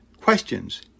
questions